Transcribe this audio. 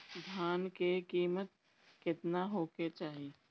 धान के किमत केतना होखे चाही?